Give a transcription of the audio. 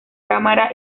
cámara